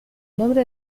nombre